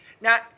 Now